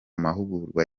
mahugurwa